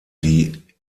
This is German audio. die